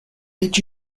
did